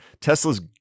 Tesla's